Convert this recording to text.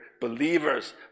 believers